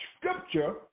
scripture